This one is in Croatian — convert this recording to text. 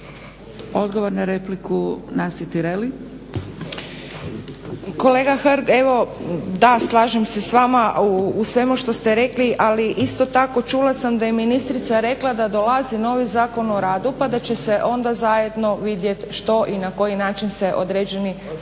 - Stranka rada)** Kolega Hrg, evo da slažem se s vama u svemu što ste rekli, ali isto tako čula sam da je ministrica rekla da dolazi novi Zakon o radu pa da će se onda zajedno vidjet što i na koji način se određeni